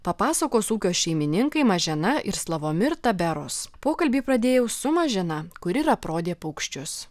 papasakos ūkio šeimininkai mažena ir slavomir taberos pokalbį pradėjau su mažena kuri ir aprodė paukščius